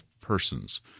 persons